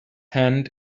hand